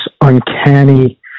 uncanny